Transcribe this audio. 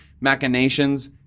machinations